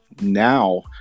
now